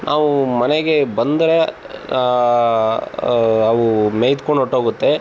ನಾವು ಮನೆಗೆ ಬಂದರೆ ಅವು ಮೇಯ್ದುಕೊಂಡ್ ಹೊರ್ಟ್ಹೋಗುತ್ತೆ